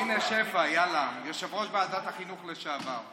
הינה, שפע, יאללה, יושב-ראש ועדת החינוך לשעבר.